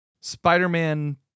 Spider-Man